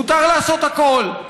מותר לעשות הכול.